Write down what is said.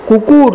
কুকুর